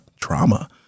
trauma